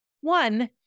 One